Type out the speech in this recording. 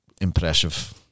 impressive